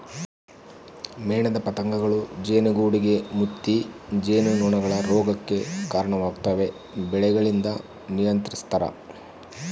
ಮೇಣದ ಪತಂಗಗಳೂ ಜೇನುಗೂಡುಗೆ ಮುತ್ತಿ ಜೇನುನೊಣಗಳ ರೋಗಕ್ಕೆ ಕರಣವಾಗ್ತವೆ ಬೆಳೆಗಳಿಂದ ನಿಯಂತ್ರಿಸ್ತರ